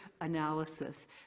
analysis